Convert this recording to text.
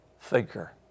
thinker